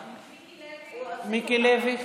מיקי לוי.